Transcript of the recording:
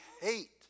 hate